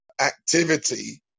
activity